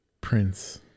Prince